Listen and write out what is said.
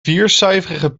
viercijferige